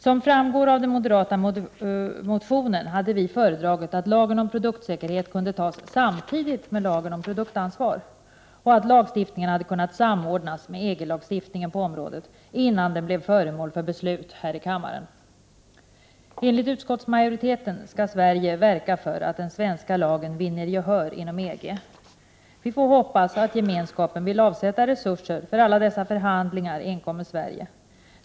Som framgår av den moderata motionen hade vi föredragit att lagen om produktsäkerhet kunde tas samtidigt med lagen om produktansvar, och att lagstiftningen hade kunnat samordnas med EG-lagstiftningen på området innan den blev föremål för beslut här i kammaren. Enligt utskottsmajoriteten skall Sverige verka för att den svenska lagen vinner gehör inom EG. Vi får hoppas att gemenskapen vill avsätta resurser för alla dessa förhandlingar enkom med Sverige.